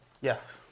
Yes